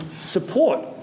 support